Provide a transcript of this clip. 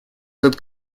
этот